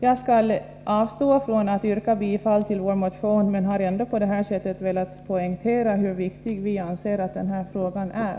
Jag skall avstå från att yrka bifall till vår motion men har ändå på detta sätt velat poängtera hur viktig vi anser att denna fråga är.